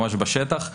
ממש בשטח.